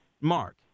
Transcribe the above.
Mark